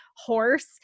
horse